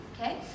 okay